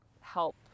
help